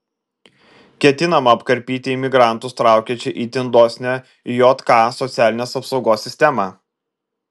ketinama apkarpyti imigrantus traukiančią itin dosnią jk socialinės apsaugos sistemą